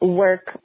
work